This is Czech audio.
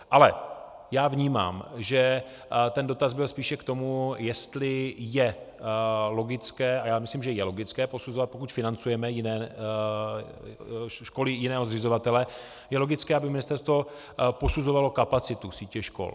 Ale já vnímám, že ten dotaz byl spíše k tomu, jestli je logické a já myslím, že je logické posuzovat, pokud financujeme školy jiného zřizovatele, je logické, aby ministerstvo posuzovalo kapacitu sítě škol.